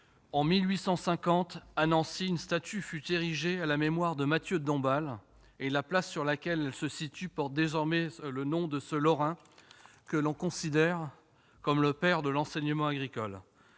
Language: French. en 1850, à Nancy, une statue fut érigée à la mémoire de Mathieu de Dombasle, et la place sur laquelle elle se trouve porte désormais le nom de ce Lorrain considéré comme le père de l'enseignement agricole.